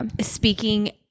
speaking